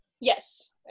Yes